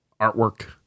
artwork